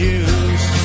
use